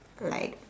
like